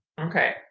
Okay